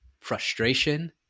frustration